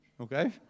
okay